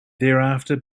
thereafter